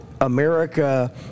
America